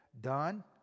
done